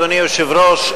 אדוני היושב-ראש,